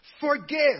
Forgive